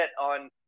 on